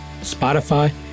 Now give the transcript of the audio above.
Spotify